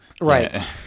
Right